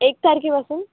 एक तारखेपासून